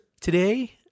today